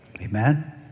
Amen